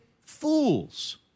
fools